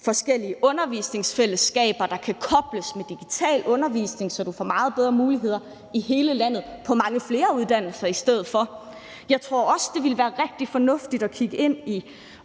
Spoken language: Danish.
forskellige ungdomsfællesskaber, der kan kobles med digital undervisning, så man i stedet for får meget bedre muligheder i hele landet på mange flere uddannelser. Jeg tror også, at det ville være rigtig fornuftigt at kigge ind i